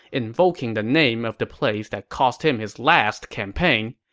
invoking the name of the place that cost him his last campaign.